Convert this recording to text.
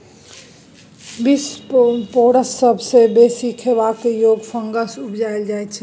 बिसपोरस सबसँ बेसी खेबाक योग्य फंगस उपजाएल जाइ छै